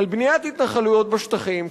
על בניית התנחלויות בשטחים,